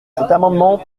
amendement